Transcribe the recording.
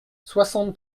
soixante